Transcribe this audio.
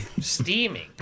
steaming